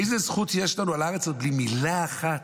איזו זכות יש לנו על הארץ הזאת בלי מילה אחת?